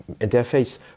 interface